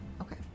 Okay